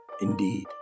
Indeed